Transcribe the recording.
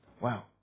Wow